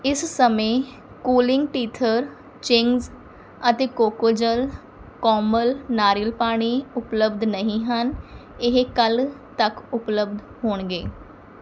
ਇਸ ਸਮੇਂ cooling teether ਚਿੰਗਜ਼ ਅਤੇ ਕੋਕੋਜਲ ਕੋਮਲ ਨਾਰੀਅਲ ਪਾਣੀ ਉਪਲਬਧ ਨਹੀਂ ਹਨ ਇਹ ਕੱਲ੍ਹ ਤੱਕ ਉਪਲਬਧ ਹੋਣਗੇ